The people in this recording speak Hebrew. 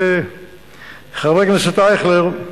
וחבר הכנסת אייכלר,